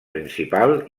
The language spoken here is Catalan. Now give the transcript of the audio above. principal